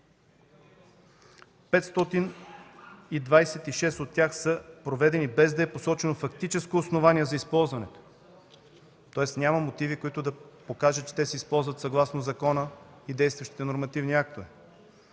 526 от тях са проведени, без да е посочено фактическо основание за използването им. Тоест, няма мотиви, които да покажат, че те се използват съгласно закона и действащите нормативни актове.